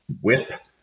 WHIP